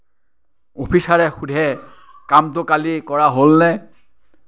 অফিচাৰে সোধে কামটো কালি কৰা হ'লনে